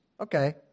Okay